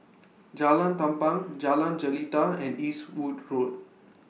Jalan Tampang Jalan Jelita and Eastwood Road